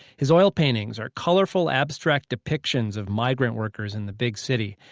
his oil paintings are colorful, abstract depictions of migrant workers in the big city.